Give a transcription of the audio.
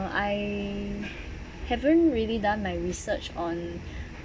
I haven't really done my research on